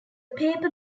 paper